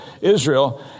Israel